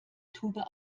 tube